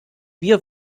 wir